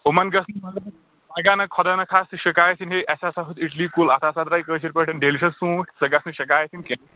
تِمَن گژھِ پَگہہ نہ خُدانخواستہٕ شِکایَت یِنۍ ہے اَسہِ ہَسا ہیوٚت اِٹلی کُلۍ اَتھ ہَسا درٛاے کٲشِر پٲٹھۍ ڈیلشَش ژوٗنٛٹھۍ سا گژھِ نہٕ شِکایَت یِنۍ کینٛہہ